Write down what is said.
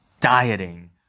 dieting